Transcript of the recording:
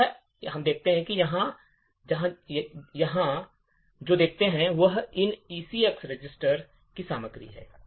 तो हम यहाँ जो देखते हैं वह इन ECX रजिस्टर की सामग्री है